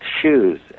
shoes